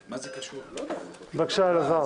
בבקשה, אלעזר.